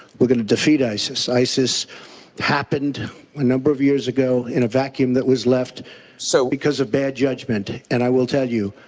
going to defeat isis. isis happened a number of years ago in a vacuum that was left so because of bad judgment. and i will tell you,